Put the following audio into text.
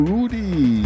Rudy